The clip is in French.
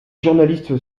journaliste